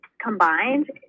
combined